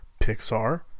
Pixar